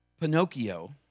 Pinocchio